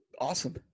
Awesome